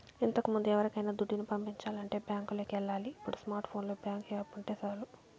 ఇంతకముందు ఎవరికైనా దుడ్డుని పంపించాలంటే బ్యాంకులికి ఎల్లాలి ఇప్పుడు స్మార్ట్ ఫోనులో బ్యేంకు యాపుంటే సాలు